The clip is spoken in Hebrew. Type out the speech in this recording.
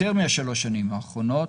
יותר משלושת השנים האחרונות,